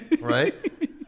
right